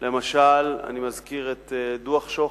למשל אני מזכיר את דוח-שוחט,